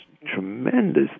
Tremendous